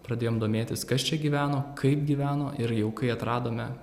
pradėjom domėtis kas čia gyveno kaip gyveno ir jau kai atradome